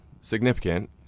significant